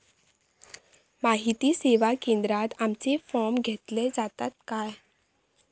माहिती सेवा केंद्रात आमचे फॉर्म घेतले जातात काय?